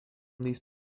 these